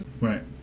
Right